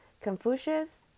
Confucius